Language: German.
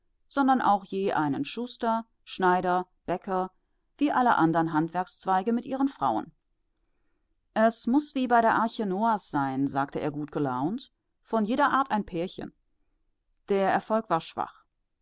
sondern auch je einen schuster schneider bäcker wie alle anderen handwerkszweige mit ihren frauen es muß wie bei der arche noahs sein sagte er gut gelaunt von jeder art ein pärchen der erfolg war schwach